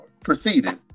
proceeded